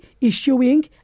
issuing